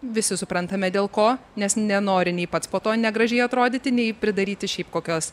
visi suprantame dėl ko nes nenori nei pats po to negražiai atrodyti nei pridaryti šiaip kokios